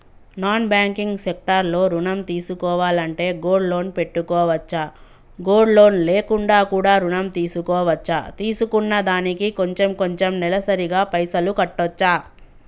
Non banking sector లో ఋణం తీసుకోవాలంటే గోల్డ్ లోన్ పెట్టుకోవచ్చా? గోల్డ్ లోన్ లేకుండా కూడా ఋణం తీసుకోవచ్చా? తీసుకున్న దానికి కొంచెం కొంచెం నెలసరి గా పైసలు కట్టొచ్చా?